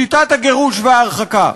שיטת הגירוש וההרחקה.